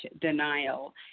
denial